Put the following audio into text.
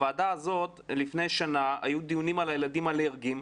בוועדה הזאת לפני שנה היו דיונים על ילדים אלרגיים,